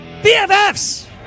BFFs